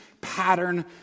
pattern